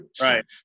Right